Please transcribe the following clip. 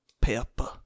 pepper